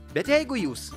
bet jeigu jūs